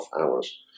hours